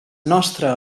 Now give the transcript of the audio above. nostra